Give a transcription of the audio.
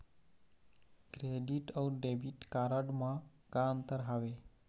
Credit अऊ debit card म का अंतर हावे?